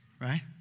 right